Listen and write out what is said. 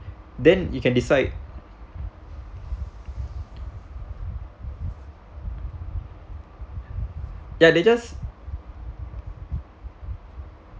then you can decide ya they just